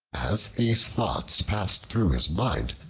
as these thoughts passed through his mind,